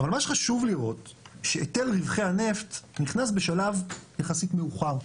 אבל מה שחשוב לראות שהיטל רווחי הנפט נכנס בשלב יחסית מאוחר.